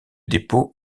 dépôts